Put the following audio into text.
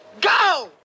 go